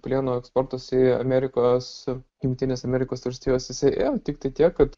plieno eksportas į amerikos jungtines amerikos valstijas jisai ėjo tiktai tiek kad